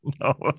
No